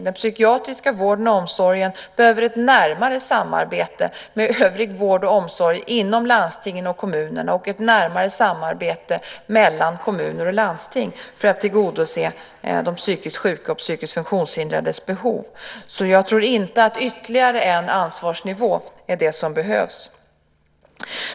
Den psykiatriska vården och omsorgen behöver ett närmare samarbete med övrig vård och omsorg inom landstingen och kommunerna och ett närmare samarbete mellan kommuner och landsting för att tillgodose de psykiskt sjukas och psykiskt funktionshindrades behov. Jag tror inte att ytterligare en ansvarsnivå är det som behövs.